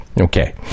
Okay